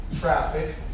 traffic